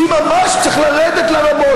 שממש צריך לרדת לרמות,